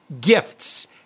gifts